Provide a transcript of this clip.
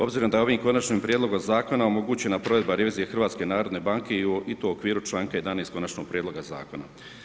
Obzirom da je ovim konačnim prijedlogom zakona omogućena revizija HNB i to u okviru članka 11. konačnog prijedloga zakona.